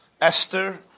Esther